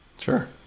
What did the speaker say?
Sure